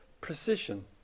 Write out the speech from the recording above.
precision